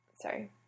sorry